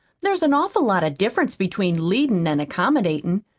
there's an awful lot of difference between leadin' an' accommodatin'.